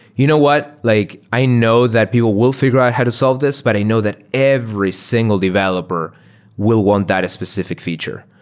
you know what? like i know that people will figure out how to solve this, but i know that every single developer will want that as specific feature.